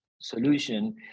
solution